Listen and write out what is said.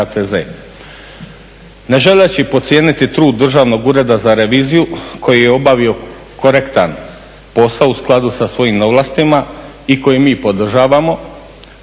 Ne želeći podcijeniti trud Državnog ureda za reviziju koji je obavio korektan posao u skladu sa svojim ovlastima i koji mi podržavamo